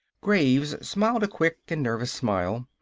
graves smiled a quick and nervous smile.